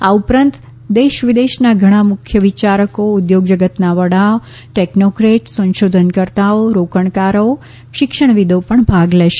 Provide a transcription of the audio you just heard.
આ ઉપરાંત દેશવિદેશના ઘણા મુખ્ય વિચારકો ઉદ્યોગ જગતના વડા ટેકનોક્રેટ સંશોધનકર્તા રોકાણકારો શિક્ષણવિદો ભાગ લેશે